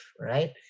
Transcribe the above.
right